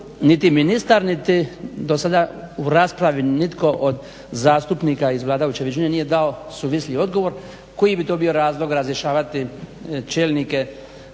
niti ministar niti do sada u raspravi nitko od zastupnika iz vladajuće većine nije dao suvisliji odgovor koji bi to bio razlog razrješavati čelnike